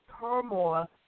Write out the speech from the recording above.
turmoil